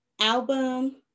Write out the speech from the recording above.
album